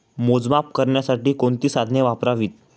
मोजमाप करण्यासाठी कोणती साधने वापरावीत?